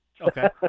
Okay